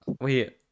Wait